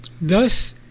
thus